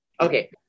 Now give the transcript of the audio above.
Okay